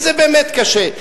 כי זה באמת קשה.